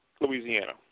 Louisiana